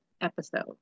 episode